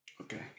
Okay